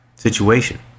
Situation